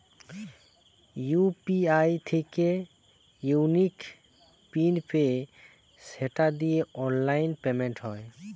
UPI থিকে unique pin পেয়ে সেটা দিয়ে অনলাইন পেমেন্ট হয়